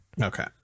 Okay